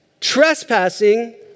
trespassing